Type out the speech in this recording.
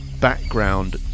background